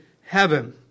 heaven